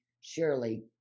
surely